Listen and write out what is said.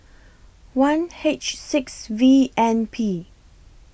one H six V N P